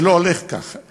זה לא הולך כך.